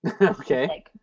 Okay